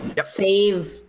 Save